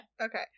Okay